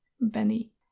Benny